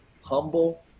humble